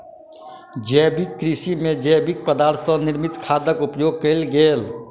जैविक कृषि में जैविक पदार्थ सॅ निर्मित खादक उपयोग कयल गेल